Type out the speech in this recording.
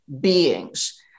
beings